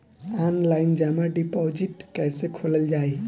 Online जमा deposit कैसे खोलल जाइ?